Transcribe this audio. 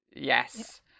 Yes